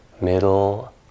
middle